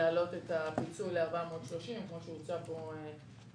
להעלות את הפיצוי ל-430 שקל, כפי שהוצע פה לפניי.